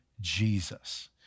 Jesus